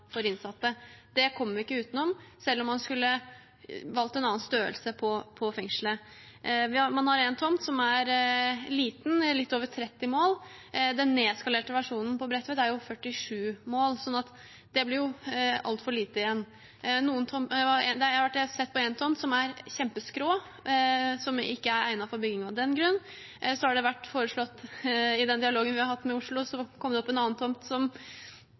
for innsatte. Det kommer vi ikke utenom, selv om man skulle valgt en annen størrelse på fengslet. Man har en tomt som er liten, på litt over 30 mål. Den nedskalerte versjonen på Bredtvet er 47 mål, sånn at det blir jo altfor lite igjen. Jeg har vært og sett på en tomt som er kjempeskrå, som ikke er egnet for bygging av den grunn. I den dialogen vi har hatt med Oslo, kom det opp en annen tomt